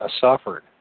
suffered